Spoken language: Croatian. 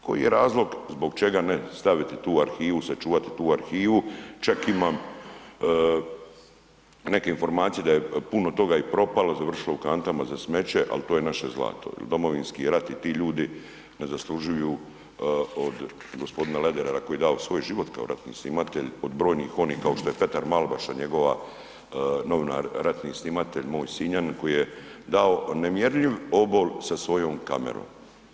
Koji je razlog zbog čega ne staviti tu arhivu, sačuvati tu arhivu, čak imam neke informacije da je puno toga i propalo, završilo u kantama za smeće, al to je naše zlato jel domovinski rat i ti ljudi ne zaslužuju od g. Lederera koji je dao svoj život kao ratni snimatelj od brojnih onih kao što je Petar Malbaša njegova, novinar, ratni snimatelj, moj Sinjanin koji je dao nemjerljiv obol sa svojom kamerom.